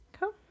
Cool